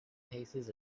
paces